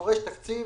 דורש תקציב.